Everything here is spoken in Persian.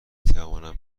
توانم